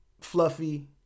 fluffy